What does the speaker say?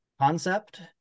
concept